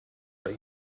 but